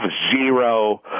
zero